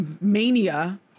Mania